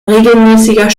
regelmäßiger